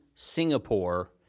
Singapore